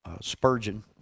Spurgeon